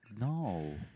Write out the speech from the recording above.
No